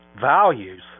values